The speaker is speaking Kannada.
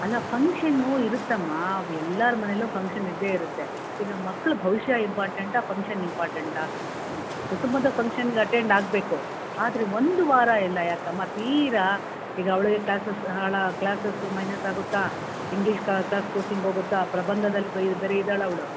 ಅಲ್ಲ ಫಂಕ್ಷನ್ನು ಇರುತ್ತಮ್ಮಾ ಎಲ್ಲರ ಮನೇಲು ಫಂಕ್ಷನ್ ಇದ್ದೇ ಇರುತ್ತೆ ಈಗ ಮಕ್ಳ ಭವಿಷ್ಯ ಇಂಪಾರ್ಟೆಂಟಾ ಫಂಕ್ಷನ್ ಇಂಪಾರ್ಟೆಂಟಾ ಕುಟುಂಬದ ಫಂಕ್ಷನ್ನಿಗೆ ಅಟೆಂಡ್ ಆಗಬೇಕು ಆದರೆ ಒಂದು ವಾರ ಎಲ್ಲ ಯಾಕಮ್ಮ ತೀರ ಈಗ ಅವಳಿಗೆ ಕ್ಲಾಸಸ್ ಹಾಲಾ ಕ್ಲಾಸಸ್ ಮೈನಸ್ ಆಗುತ್ತಾ ಇಂಗ್ಲೀಷ್ ಕ ಕ್ಲಾಸ್ ಕೋಚಿಂಗ್ ಹೋಗುತ್ತಾ ಪ್ರಬಂಧದಲ್ಲಿ ಬಯ್ ಬೇರೆ ಇದಾಳೆ ಅವಳು